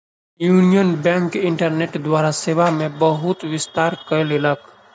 union bank internet द्वारा सेवा मे बहुत विस्तार कयलक